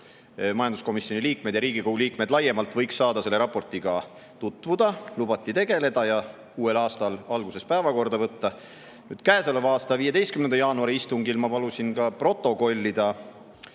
majanduskomisjoni liikmed ja Riigikogu liikmed laiemalt võiks saada selle raportiga tutvuda. Lubati tegeleda ja uue aasta alguses see päevakorda võtta. Käesoleva aasta 15. jaanuari istungil ma palusin ka protokollida